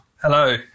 Hello